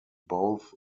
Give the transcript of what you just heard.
both